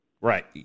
Right